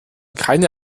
keine